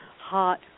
hot